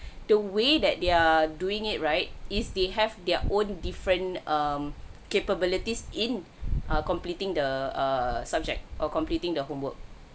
the way that they're doing it right is they have their own different um capabilities in uh completing the err subject or completing the homework